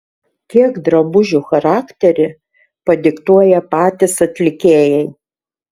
kiek drabužių charakterį padiktuoja patys atlikėjai